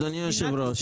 אדוני היושב-ראש,